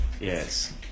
Yes